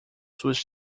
suas